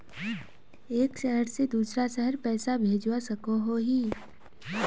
एक शहर से दूसरा शहर पैसा भेजवा सकोहो ही?